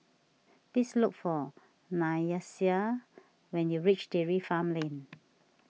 please look for Nyasia when you reach Dairy Farm Lane